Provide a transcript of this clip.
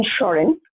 insurance